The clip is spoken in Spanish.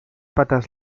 patas